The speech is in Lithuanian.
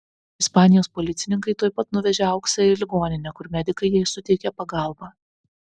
ispanijos policininkai tuoj pat nuvežė auksę į ligoninę kur medikai jai suteikė pagalbą